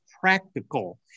practical